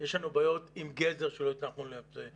יש לנו בעיות עם גזר שלא הצלחנו לייצא.